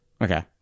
Okay